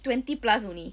twenty plus only